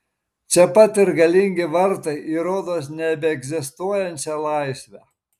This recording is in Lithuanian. čia pat ir galingi vartai į rodos nebeegzistuojančią laisvę